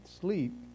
sleep